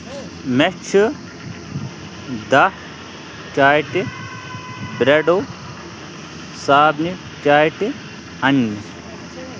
مےٚ چھِ دَہ چاٹہِ برٛٮ۪ڈو صابنہِ چاٹہِ اَنٛنہِ